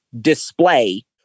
display